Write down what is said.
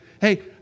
Hey